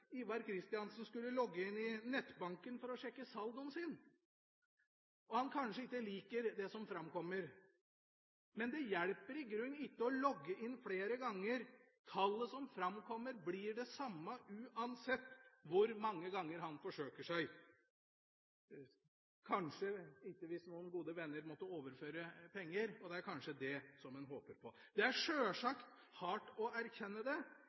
Ivar Kristiansen skulle logge seg inn på nettbanken for å sjekke saldoen sin, og han kanskje ikke liker det som framkommer. Men det hjelper i grunnen ikke å logge seg inn flere ganger. Tallet som framkommer, blir det samme, uansett hvor mange ganger han forsøker seg – kanskje bortsett fra hvis noen gode venner overførte penger. Det er kanskje det han håper på. Det er sjølsagt hardt å erkjenne det,